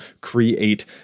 create